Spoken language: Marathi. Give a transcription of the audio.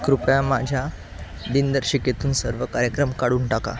कृपया माझ्या दिनदर्शिकेतून सर्व कार्यक्रम काढून टाका